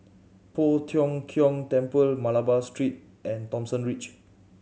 Poh Tiong Kiong Temple Malabar Street and Thomson Ridge